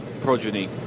progeny